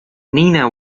nina